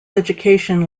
education